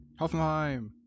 Hoffenheim